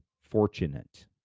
fortunate